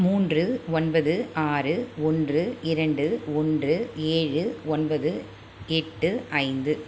மூன்று ஒன்பது ஆறு ஒன்று இரண்டு ஒன்று ஏழு ஒன்பது எட்டு ஐந்து